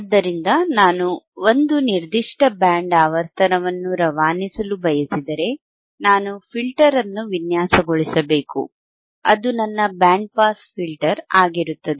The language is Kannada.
ಆದ್ದರಿಂದ ನಾನು ಒಂದು ನಿರ್ದಿಷ್ಟ ಬ್ಯಾಂಡ್ ಆವರ್ತನವನ್ನು ರವಾನಿಸಲು ಬಯಸಿದರೆನಾನು ಫಿಲ್ಟರ್ ಅನ್ನು ವಿನ್ಯಾಸಗೊಳಿಸಬೇಕು ಅದು ನನ್ನ ಬ್ಯಾಂಡ್ ಪಾಸ್ ಫಿಲ್ಟರ್ ಆಗಿರುತ್ತದೆ